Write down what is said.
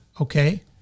Okay